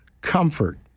comfort